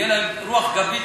תהיה להם רוח גבית,